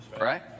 right